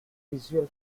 visual